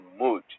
mood